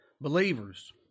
Believers